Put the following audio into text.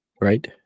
Right